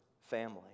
family